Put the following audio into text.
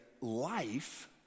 life